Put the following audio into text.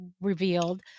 revealed